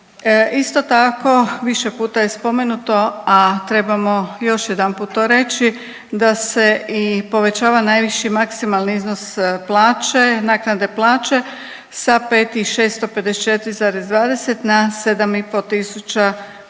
Isto tako više puta je spomenuto, a trebamo još jedanput to reći da se povećava i najviši maksimalni iznos plaće, naknade plaće sa 5.654,20 na 7.500